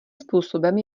způsobem